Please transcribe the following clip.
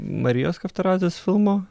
marijos kaftaradzės filmo